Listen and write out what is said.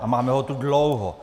A máme ho tu dlouho.